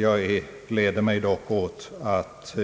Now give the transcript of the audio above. Jag gläder mig dock åt att